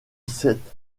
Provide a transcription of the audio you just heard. sept